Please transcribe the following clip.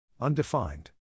undefined